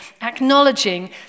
acknowledging